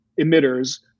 emitters